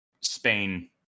Spain